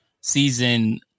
Season